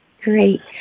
Great